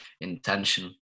intention